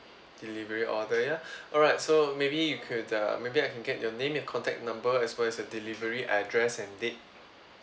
delivery order ya alright so maybe you could uh may be I can get your name and contact number as well as uh delivery address and date